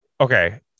okay